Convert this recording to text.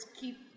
keep